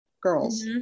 girls